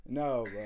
No